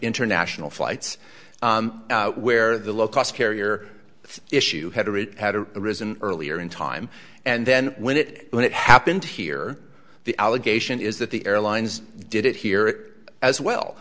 international flights where the low cost carrier issue had a risen earlier in time and then when it when it happened here the allegation is that the airlines did it here as well